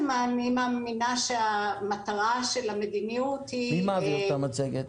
אני מאמינה שהמטרה של המדיניות היא לשפר את --- מי מעביר את המצגת?